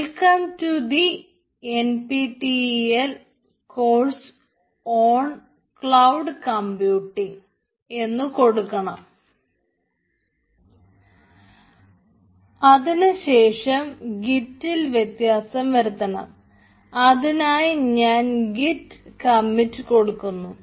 welcome to the N P T E L course on cloud computing കൊടുക്കുന്നു